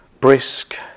brisk